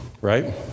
right